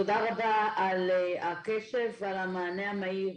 תודה רבה על הקשב ועל המענה המהיר.